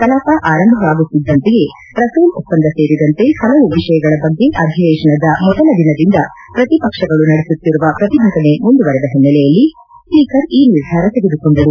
ಕಲಾಪ ಆರಂಭವಾಗುತ್ತಿದ್ದಂತೆಯೇ ರಫೇಲ್ ಒಪ್ಪಂದ ಸೇರಿದಂತೆ ಹಲವು ವಿಷಯಗಳ ಬಗ್ಗೆ ಅಧಿವೇಶನದ ಮೊದಲ ದಿನದಿಂದ ಪ್ರತಿಪಕ್ಷಗಳು ನಡೆಸುತ್ತಿರುವ ಪ್ರತಿಭಟನೆ ಮುಂದುವರೆದ ಹಿನ್ನೆಲೆಯಲ್ಲಿ ಸ್ಪೀಕರ್ ಈ ನಿರ್ಧಾರ ತೆಗೆದುಕೊಂಡರು